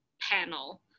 panel